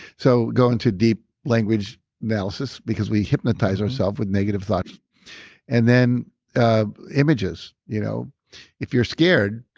so, go into deep language analysis because we hypnotize ourself with negative thoughts and then images. you know if you're scared,